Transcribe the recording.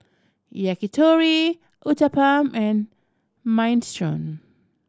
Yakitori Uthapam and Minestrone